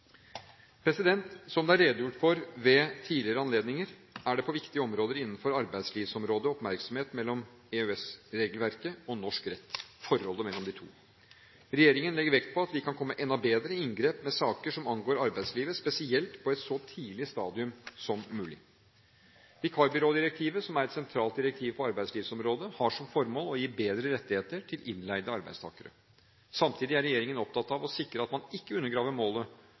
Som det er redegjort for ved tidligere anledninger, er det på viktige områder innenfor arbeidslivsområdet oppmerksomhet på forholdet mellom EØS-regelverket og norsk rett. Regjeringen legger vekt på at vi kan komme enda bedre i inngrep med saker som angår arbeidslivet, spesielt på et så tidlig stadium som mulig. Vikarbyrådirektivet, som er et sentralt direktiv på arbeidslivsområdet, har som formål å gi bedre rettigheter til innleide arbeidstakere. Samtidig er regjeringen opptatt av å sikre at man ikke undergraver målet